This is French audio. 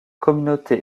communauté